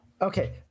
Okay